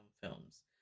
films